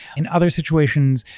in other situations,